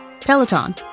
Peloton